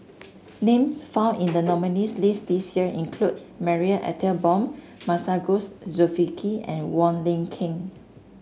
names found in the nominees' list this year include Marie Ethel Bong Masagos Zulkifli and Wong Lin Ken